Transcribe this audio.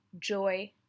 joy